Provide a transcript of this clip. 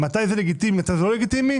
מתי זה לגיטימי ומתי זה לא לגיטימי,